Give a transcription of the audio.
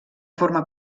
forma